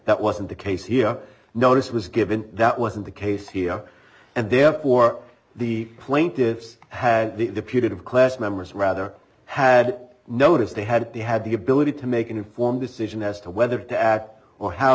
that wasn't the case here notice was given that wasn't the case here and therefore the plaintiffs had the putative class members rather had notice they had they had the ability to make an informed decision as to whether to act or how